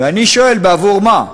ואני שואל: בעבור מה?